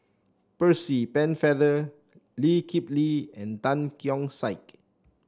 Percy Pennefather Lee Kip Lee and Tan Keong Saik